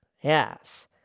Yes